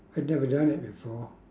I'd never done it before